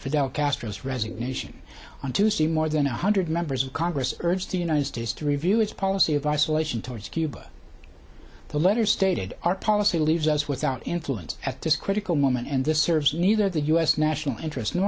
of fidel castro's resignation on tuesday more than one hundred members of congress urged the united states to review its policy of isolation towards cuba the letter stated our policy leaves us without influence at this critical moment and this serves neither the u s national interest